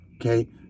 okay